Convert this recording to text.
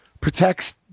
protects